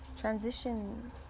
Transition